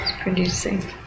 producing